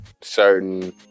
certain